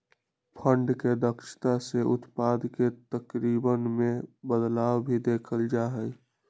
fund के दक्षता से उत्पाद के तरीकवन में बदलाव भी देखल जा हई